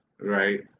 right